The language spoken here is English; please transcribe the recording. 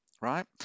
right